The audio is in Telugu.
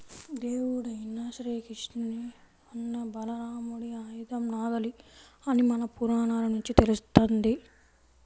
దేవుడైన శ్రీకృష్ణుని అన్న బలరాముడి ఆయుధం నాగలి అని మన పురాణాల నుంచి తెలుస్తంది